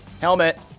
Helmet